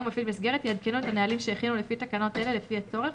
ומפעיל מסגרת יעדכנו את הנהלים שהכינו לפי תקנות אלה לפי הצורך,